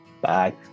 Bye